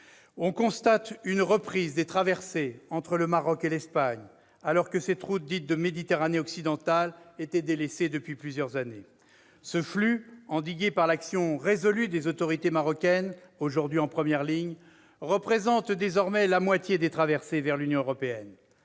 on constate une reprise des traversées entre le Maroc et l'Espagne, alors que cette route dite « de Méditerranée occidentale » était délaissée depuis plusieurs années. Ce flux, endigué par l'action résolue des autorités marocaines, aujourd'hui en première ligne, représente désormais la moitié des traversées vers l'Union européenne.